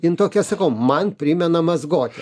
jin tokia sakau man primena mazgotę